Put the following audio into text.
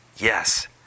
yes